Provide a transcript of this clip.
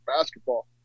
basketball